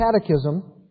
Catechism